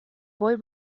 boy